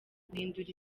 guhindura